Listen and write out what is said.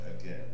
again